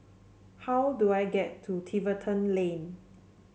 how do I get to Tiverton Lane